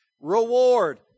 reward